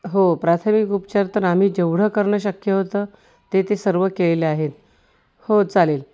हो प्राथमिक उपचार तर आम्ही जेवढं करणं शक्य होतं ते ते सर्व केले आहेत हो चालेल